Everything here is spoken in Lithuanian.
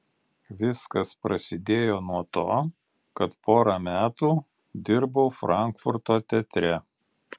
viskas prasidėjo nuo to kad porą metų dirbau frankfurto teatre